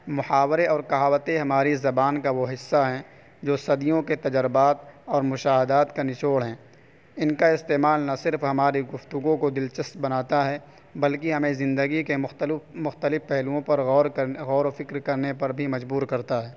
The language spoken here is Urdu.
محاورے اور کہاوتے ہماری زبان کا وہ حصہ ہیں جو صدیوں کے تجربات اور مشاہدات کا نچوڑ ہیں ان کا استعمال نہ صرف ہماری گفتگو کو دلچسپ بناتا ہے بلکہ ہمیں زندگی کے مختلف مختلف پہلوؤں پر غور کرنے غور و فکر کرنے پر بھی مجبور کرتا ہے